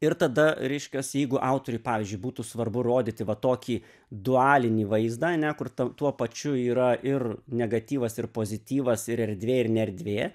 ir tada reiškias jeigu autoriui pavyzdžiui būtų svarbu rodyti va tokį dualinį vaizdą ane kur t tuo pačiu yra ir negatyvas ir pozityvas ir erdvė ir ne erdvė